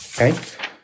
okay